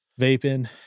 Vaping